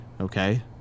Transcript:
okay